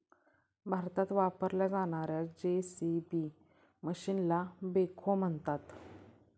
भारतात वापरल्या जाणार्या जे.सी.बी मशीनला बेखो म्हणतात